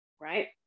Right